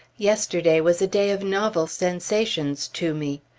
yesterday was a day of novel sensations to me.